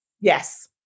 Yes